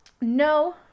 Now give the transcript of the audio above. No